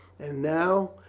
and now,